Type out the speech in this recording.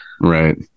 right